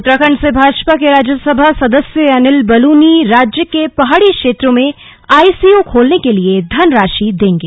उत्तराखंड से भाजपा के राज्यसभा सदस्य अनिल बलूनी राज्य के पहाड़ी क्षेत्रों में आईसीयू खोलने के लिए धनराशि देंगे